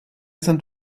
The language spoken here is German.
sind